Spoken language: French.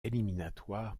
éliminatoires